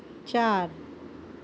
चार